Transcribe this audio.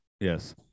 yes